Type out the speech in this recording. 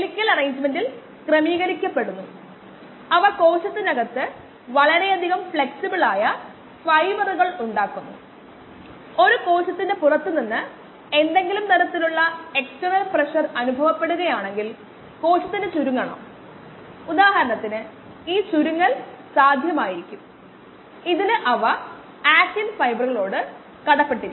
അതിനാൽ നമുക്ക് സൊല്യൂഷൻ നോക്കാം